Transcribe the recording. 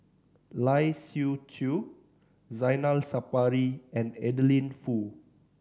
Lai Siu Chiu Zainal Sapari and Adeline Foo